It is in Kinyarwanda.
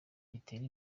gitere